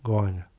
gone ah